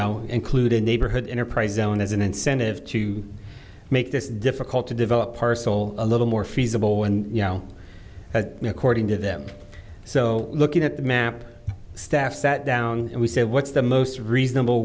include a neighborhood enterprise zone as an incentive to make this difficult to develop parcel a little more feasible and you know according to them so looking at the map staff sat down and we said what's the most reasonable